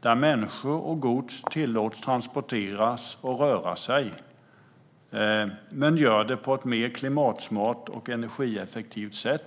Där tillåts människor och gods att transporteras och röra sig, men de gör det på ett mer klimatsmart och energieffektivt sätt.